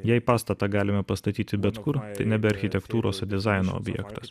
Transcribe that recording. jei pastatą galime pastatyti bet kur tai nebe architektūros o dizaino objektas